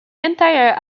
entire